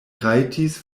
rajtis